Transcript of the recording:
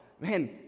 man